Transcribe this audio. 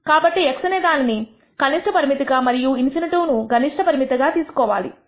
కాబట్టి x అనేదాన్ని కనిష్ట పరిమితి గా మరియు ∞ను గరిష్ట పరిమితిగా తీసుకోవాలి